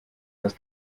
das